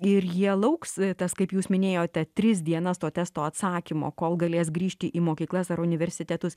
ir jie lauks tas kaip jūs minėjote tris dienas to testo atsakymo kol galės grįžti į mokyklas ar universitetus